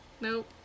Nope